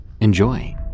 Enjoy